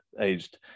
aged